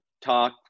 talk